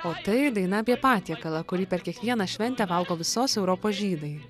o tai daina apie patiekalą kurį per kiekvieną šventę valgo visos europos žydai